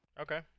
Okay